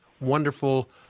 wonderful